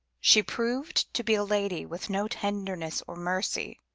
she proved to be a lady with no tenderness or mercy,